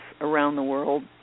around-the-world